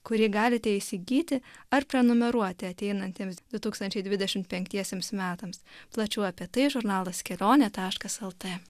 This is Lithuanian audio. kurį galite įsigyti ar prenumeruoti ateinantiems du tūkstančiai dvidešimt penkiesiems metams plačiau apie tai žurnalas kelionė taškas lt